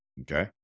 okay